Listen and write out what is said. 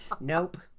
nope